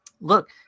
Look